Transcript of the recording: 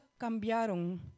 cambiaron